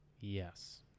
Yes